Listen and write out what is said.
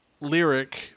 lyric